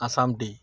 Assam T